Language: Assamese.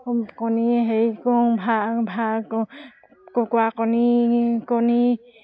কণী হেৰি কৰোঁ কৰোঁ কুকুৰাৰ কণী কণী